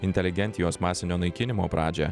inteligentijos masinio naikinimo pradžią